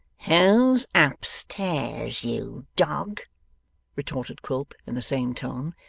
who's up stairs, you dog retorted quilp in the same tone.